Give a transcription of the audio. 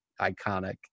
iconic